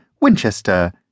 Winchester